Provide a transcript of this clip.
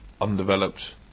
undeveloped